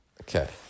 Okay